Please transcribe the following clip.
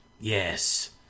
Yes